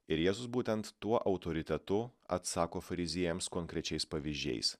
ir jėzus būtent tuo autoritetu atsako fariziejams konkrečiais pavyzdžiais